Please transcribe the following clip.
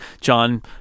John